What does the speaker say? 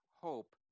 hope